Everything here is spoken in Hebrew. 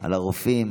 על הרופאים